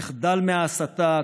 תחדל מההסתה,